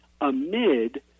amid